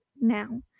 now